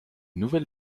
nouvelle